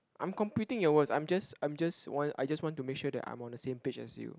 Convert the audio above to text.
I'm completing your words I'm just I'm just want I just want to make sure that I'm on the same page as you